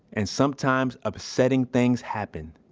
and sometimes, upsetting things happen.